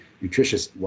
nutritious